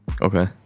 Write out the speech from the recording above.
Okay